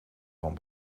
van